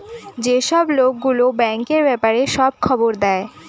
যেসব লোক গুলো ব্যাঙ্কের ব্যাপারে সব খবর দেয়